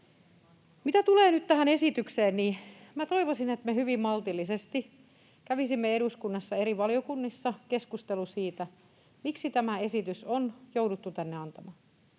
Mitä tulee nyt tähän esitykseen, niin toivoisin, että me hyvin maltillisesti kävisimme eduskunnassa eri valiokunnissa keskustelua siitä, miksi tämä esitys on jouduttu tänne antamaan.